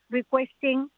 requesting